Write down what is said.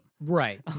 Right